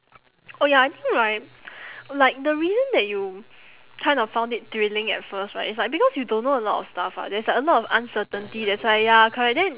oh ya I think right like the reason that you kind of found it thrilling at first right is like because you don't know a lot stuff ah there's like a lot of uncertainty that's why ya correct then